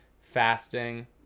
fasting